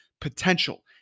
potential